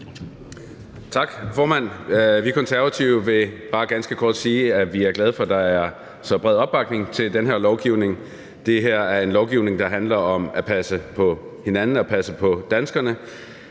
Tak, formand. Vi Konservative vil bare ganske kort sige, at vi er glade for, at der er så bred opbakning til den her lovgivning. Det her er en lovgivning, der handler om at passe på hinanden og passe på danskerne.